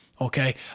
Okay